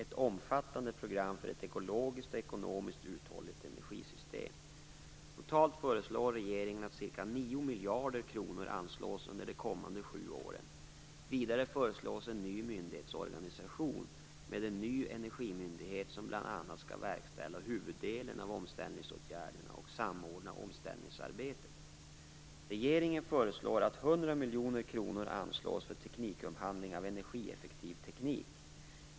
Totalt föreslår regeringen att ca 9 miljarder kronor anslås under de kommande sju åren. Vidare föreslås en ny myndighetsorganisation med en ny energimyndighet som bl.a. skall verkställa huvuddelen av omställningsåtgärderna och samordna omställningsarbetet. Regeringen föreslår att 100 miljoner kronor anslås för teknikupphandling av energieffektiv teknik.